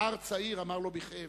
נער צעיר, אמר לו בכאב: